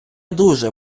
дуже